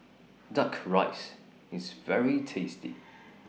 Duck Rice IS very tasty